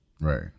Right